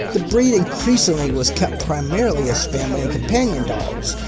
the breed increasingly was kept primarily as family and companion dogs,